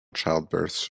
childbirths